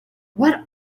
what